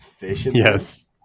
yes